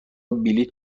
بلیط